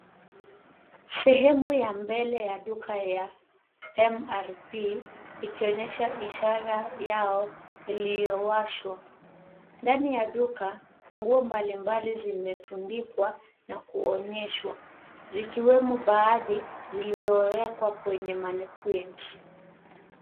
Sehemu ya mbele ya duka ya mrp ikionyesha ishara yao iliyowashwa. Ndani ya duka, nguo mbalimbali zimetundikwa na kuonyeshwa, zikiwemo baadhi zilizowekwa kwenye mannequins .